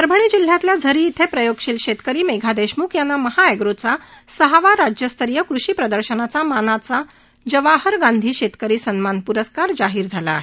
परभणी जिल्ह्यातील झरी येथील प्रयोगशील शेतकरी मेघा देशम्ख यांना महाऍग्रोचा सहावा राज्यस्तरीय कृषी प्रदर्शनाचा मानाचा जवाहर गांधी शेतकरी सन्मान पुरस्कार जाहीर झाला आहे